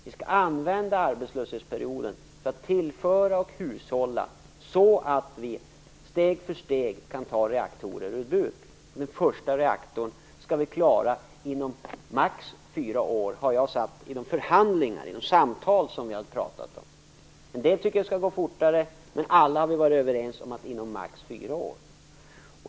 Vi skall använda arbetslöshetsperioden för att tillföra och hushålla, så att vi steg för steg kan ta reaktorer ur bruk. Den första reaktorn skall vi klara inom maximalt fyra år, har jag sagt i förhandlingar och samtal. En del tycker att det skall gå fortare. Men vi är nu överens om att det skall ske inom maximalt fyra år.